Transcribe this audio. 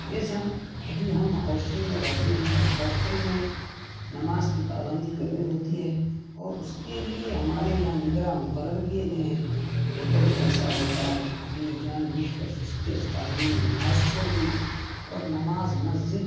جیسے ہم ابھی ہم ہاسٹل میں رہتے ہیں اور ہاسٹل میں نماز کی پابندی کرنی ہوتی ہے اور اس کے لیے ہمارے یہاں نگرہ مقر کییے گئے ہیں تو کبھی ایسا ہوتا ہے ہم نے جان بوجھ کا سستی اور کاہلی میں نماز چھوڑ دی اور نماز مسجد